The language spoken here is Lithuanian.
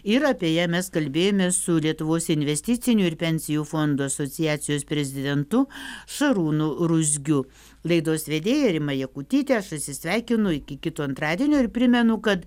ir apie ją mes kalbėjomės su lietuvos investicinių ir pensijų fondų asociacijos prezidentu šarūnu ruzgiu laidos vedėja rima jakutytė aš atsisveikinu iki kito antradienio ir primenu kad